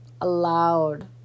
Allowed